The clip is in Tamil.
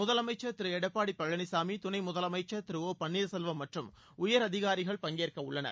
முதலமைச்சர் திரு எடப்பாடி பழனிசாமி துணை முதலமைச்சர் திரு ஒ பன்னீர்செல்வம் மற்றும் உயரதிகாரிகள் பங்கேற்கவுள்ளனர்